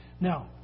Now